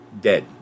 dead